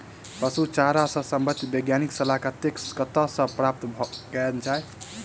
पशु चारा सऽ संबंधित वैज्ञानिक सलाह कतह सऽ प्राप्त कैल जाय?